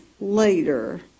later